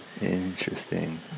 Interesting